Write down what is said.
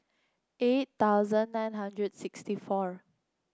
eight thousand nine hundred sixty four